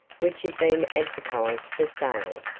which had been advertised for sale.